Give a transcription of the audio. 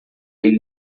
ele